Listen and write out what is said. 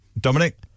Dominic